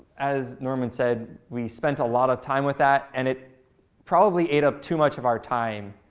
as norman said, we spent a lot of time with that. and it probably ate up too much of our time.